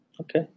Okay